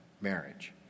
marriage